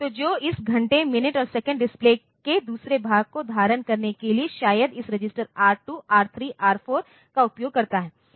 तो जो इस घंटे मिनट और सेकंड डिस्प्ले के दूसरे भाग को धारण करने के लिए शायद इस रजिस्टर आर 2 आर 3 आर 4 का उपयोग करता है